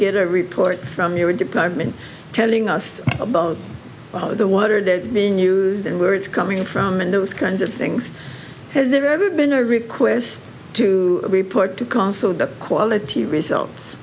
get a report from your department telling us about the water that is being used and where it's coming from and those kinds of things has there ever been a request to report to console quality results